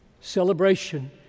celebration